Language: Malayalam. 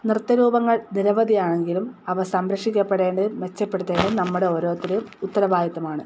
നൃത്ത രൂപങ്ങൾ നിരവധിയാണെങ്കിലും അവ സംരക്ഷിക്കപ്പെടേണ്ടതും മെച്ചപ്പെടുത്തേണ്ടതും നമ്മുടെ ഓരോരുത്തരുടെയും ഉത്തരവാദിത്തം ആണ്